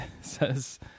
says